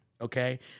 Okay